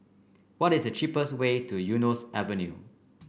what is the cheapest way to Eunos Avenue